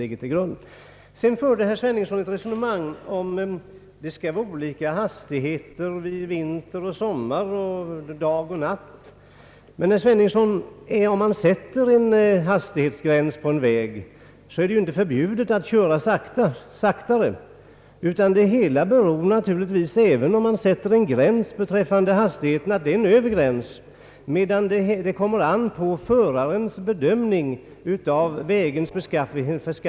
Herr Sveningsson förde ett resonemang om olika hastigheter vinter och sommar, dag och natt. Om det har fastställts en hastighetsgräns för en väg, är det emellertid inte förbjudet att köra saktare. Gränsen är en högsta gräns, och det kommer an på föraren att bedöma hur fort han kan köra med hänsyn till vägens beskaffenhet.